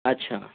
اچھا